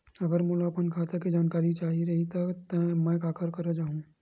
अगर मोला अपन खाता के जानकारी चाही रहि त मैं काखर करा जाहु?